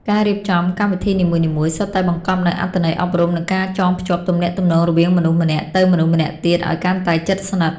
ការរៀបចំកម្មវិធីនីមួយៗសុទ្ធតែបង្កប់នូវអត្ថន័យអប់រំ និងការចងភ្ជាប់ទំនាក់ទំនងរវាងមនុស្សម្នាក់ទៅមនុស្សម្នាក់ទៀតឱ្យកាន់តែជិតស្និទ្ធ។